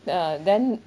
ya then